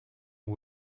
ont